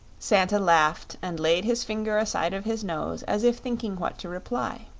santa laughed and laid his finger aside of his nose as if thinking what to reply.